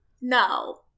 no